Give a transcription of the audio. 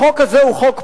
החוק הזה הוא חוק פוליטי.